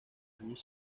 años